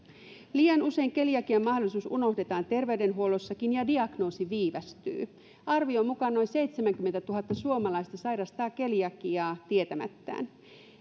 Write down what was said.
liian usein keliakian mahdollisuus unohdetaan terveydenhuollossakin ja diagnoosi viivästyy arvion mukaan noin seitsemänkymmentätuhatta suomalaista sairastaa keliakiaa tietämättään